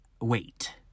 wait